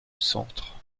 centre